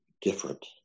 different